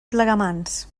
plegamans